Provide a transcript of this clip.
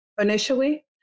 initially